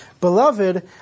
Beloved